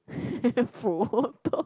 bodoh